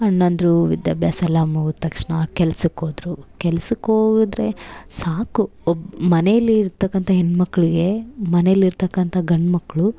ಅಣ್ಣಂದಿರು ವಿದ್ಯಾಭ್ಯಾಸೆಲ್ಲ ಮುಗ್ದ ತಕ್ಷಣ ಕೆಲ್ಸಕ್ಕೆ ಹೋದ್ರು ಕೆಲ್ಸಕ್ಕೆ ಹೋಗಿದ್ರೆ ಸಾಕು ಒಬ್ಬ ಮನೇಲಿ ಇರ್ತಕ್ಕಂಥ ಹೆಣ್ಣುಮಕ್ಳಿಗೆ ಮನೇಲಿ ಇರ್ತಕ್ಕಂಥ ಗಂಡುಮಕ್ಳು